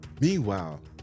meanwhile